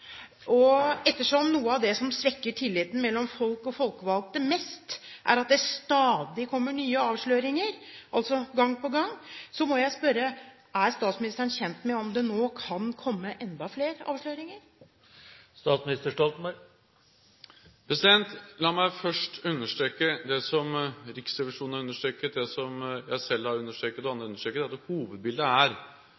Ettersom noe av det som svekker tilliten mellom folk og folkevalgte mest, er at det stadig kommer nye avsløringer, altså gang på gang, må jeg spørre: Er statsministeren kjent med om det nå kan komme enda flere avsløringer? La meg først understreke det som Riksrevisjonen har understreket, det som jeg selv har understreket, og